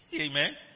Amen